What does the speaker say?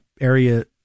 area